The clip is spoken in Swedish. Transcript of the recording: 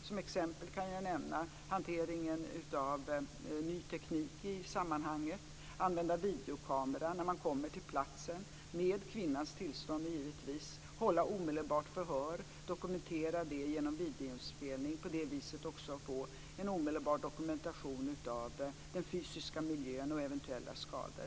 Som exempel kan jag nämna hanteringen av ny teknik i sammanhanget. Man kan använda videokamera när man kommer till platsen, givetvis med kvinnans tillstånd. Man kan omedelbart hålla förhör och dokumentera det genom videoinspelning. På det viset kan man också få en omedelbar dokumentation av den fysiska miljön och eventuella skador.